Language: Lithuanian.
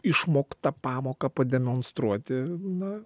išmoktą pamoką pademonstruoti na